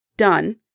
done